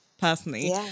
personally